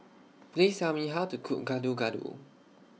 Please Tell Me How to Cook Gado Gado